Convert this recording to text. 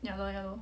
ya lor ya lor